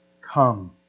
come